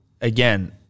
again-